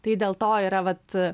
tai dėl to yra vat